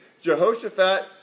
Jehoshaphat